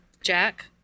jack